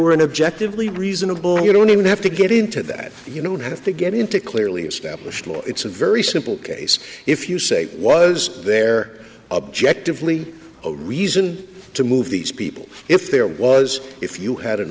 were an objective lee reasonable you don't even have to get into that you don't have to get into clearly established law it's a very simple case if you say was there objectively a reason to move these people if there was if you had an